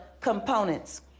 components